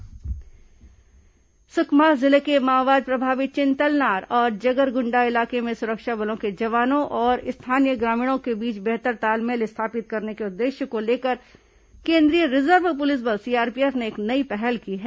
CRPF cricket tournament Sukma जिले के माओवाद प्रभावित चिंतलनार तथा जगरगुंडा इलाके में सुरक्षा बलों के जवानों और स्थानीय ग्रामीणों के बीच बेहतर तालमेल स्थापित करने के उद्देश्य को लेकर केंद्रीय रिजर्व पुलिस बल सीआरपीएफ ने एक नई पहल की है